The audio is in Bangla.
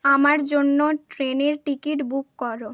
আমার জন্য ট্রেনের টিকিট বুক করো